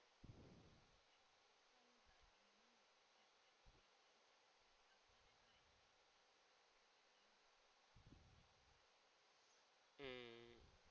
mm